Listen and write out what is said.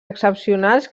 excepcionals